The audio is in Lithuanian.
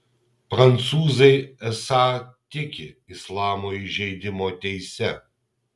prancūzai esą tiki islamo įžeidimo teise